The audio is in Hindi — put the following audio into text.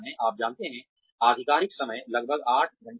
आप जानते हैं आधिकारिक समय लगभग आठ घंटे है